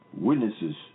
witnesses